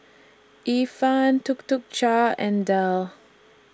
Ifan Tuk Tuk Cha and Dell